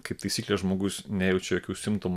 kaip taisyklė žmogus nejaučia jokių simptomų